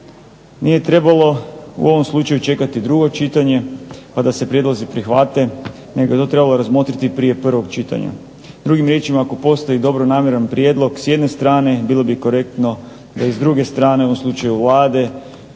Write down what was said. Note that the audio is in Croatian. Nije trebalo u ovom slučaju čekati drugo čitanje pa da se prijedlozi prihvate, nego je to trebalo razmotriti prije prvog čitanja. Drugim riječima, ako postoji dobronamjeran prijedlog s jedne strane bilo bi korektno da i s druge strane u ovom slučaju Vlade